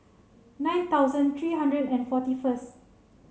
nine thousand three hundred and forty first